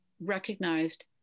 recognized